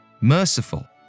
merciful